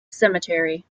cemetery